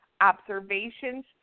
observations